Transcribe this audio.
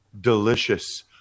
delicious